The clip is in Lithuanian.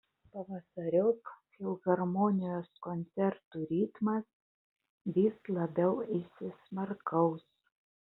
pavasariop filharmonijos koncertų ritmas vis labiau įsismarkaus